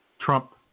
Trump